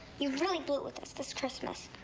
you really blew it with us this christmas.